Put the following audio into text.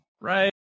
right